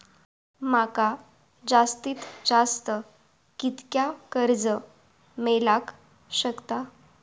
माका जास्तीत जास्त कितक्या कर्ज मेलाक शकता?